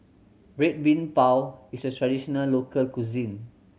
Red Bean Bao is a traditional local cuisine